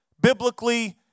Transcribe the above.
biblically